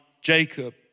Jacob